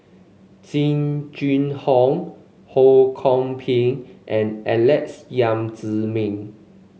Jing Jun Hong Ho Kwon Ping and Alex Yam Ziming